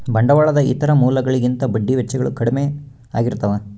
ಬಂಡವಾಳದ ಇತರ ಮೂಲಗಳಿಗಿಂತ ಬಡ್ಡಿ ವೆಚ್ಚಗಳು ಕಡ್ಮೆ ಆಗಿರ್ತವ